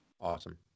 Awesome